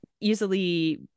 easily